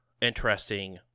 interesting